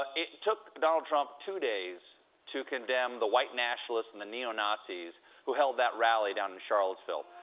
it took donald trump two days to condemn the white nationalists and the neo-nazis who held that really down in charlottesville.